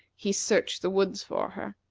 he searched the woods for her.